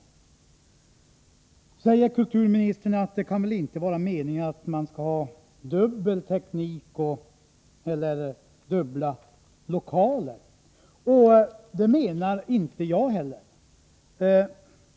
Nu säger kulturministern att det väl inte kan vara meningen att man skall ha dubbel uppsättning av teknisk utrustning eller lokaler. Det menar inte jag heller.